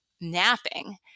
napping